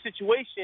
situation